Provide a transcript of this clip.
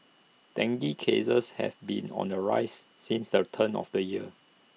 dengue cases have been on the rise since the turn of the year